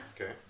Okay